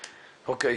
אוקיי.